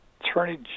Attorney